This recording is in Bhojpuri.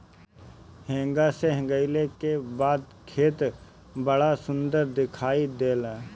हेंगा से हेंगईले के बाद खेत बड़ा सुंदर दिखाई देला